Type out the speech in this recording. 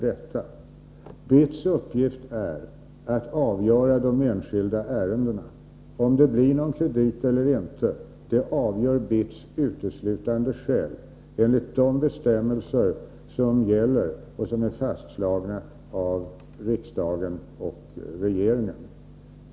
BITS uppgift är att avgöra de enskilda ärendena. Om det blir någon kredit eller inte avgör BITS uteslutande själv, enligt de bestämmelser som gäller och som är fastslagna av riksdagen och regeringen.